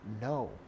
No